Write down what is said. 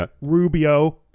Rubio